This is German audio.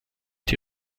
die